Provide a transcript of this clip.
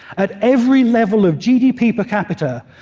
at every level of gdp per capita,